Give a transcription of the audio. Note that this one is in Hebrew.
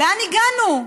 לאן הגענו?